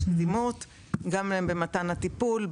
--- במתן הטיפול,